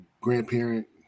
grandparent